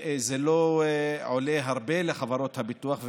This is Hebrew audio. זה לא עולה הרבה לחברות הביטוח,